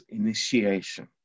initiation